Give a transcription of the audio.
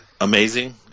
Amazing